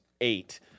eight